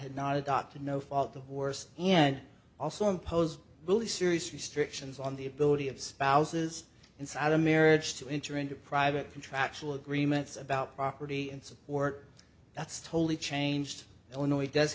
had not adopted no fault divorce and also impose really serious restrictions on the ability of spouses inside a marriage to enter into private contractual agreements about property and support that's totally changed illinois does